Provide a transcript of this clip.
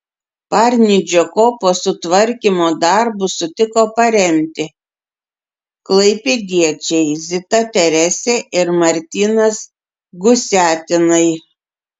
parnidžio kopos sutvarkymo darbus sutiko paremti klaipėdiečiai zita teresė ir martinas gusiatinai